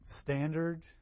standard